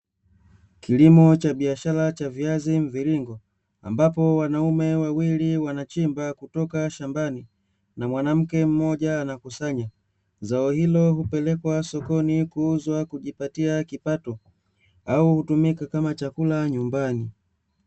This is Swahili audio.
Kilimo cha biashara cha viazi mviringo, ambapo wanaume wawili wanachimba kutoka shambani, na mwanamke mmoja anakusanya, zao hilo hupelekwa sokoni kuuzwa kujipatia kipato, au hutumika kama chakula nyumbani.